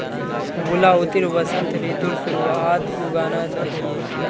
गुलाउदीक वसंत ऋतुर शुरुआत्त उगाना चाहिऐ